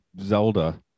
Zelda